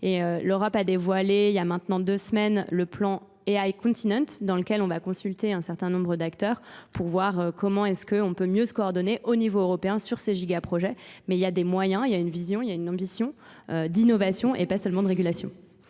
l'Europe a dévoilé il y a maintenant deux semaines le plan AI continent dans lequel on va consulter un certain nombre d'acteurs pour voir comment est-ce qu'on peut mieux se coordonner au niveau européen sur ces giga-projets. Mais il y a des moyens, il y a une vision, il y a une ambition d'innovation et pas seulement de régulation.